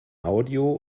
audio